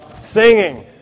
Singing